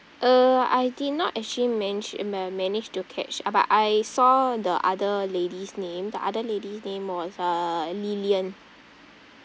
uh I did not actually men~ uh managed to catch uh but I saw the other lady's name the other lady's name was uh lilian